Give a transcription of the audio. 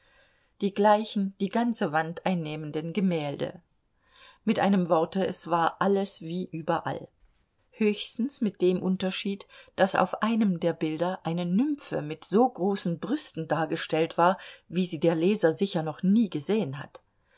die gleichen die ganze wand einnehmenden gemälde mit einem worte es war alles wie überall höchstens mit dem unterschied daß auf einem der bilder eine nymphe mit so großen brüsten dargestellt war wie sie der leser sicher noch nie gesehen hat